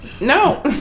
No